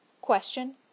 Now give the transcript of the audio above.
Question